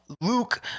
Luke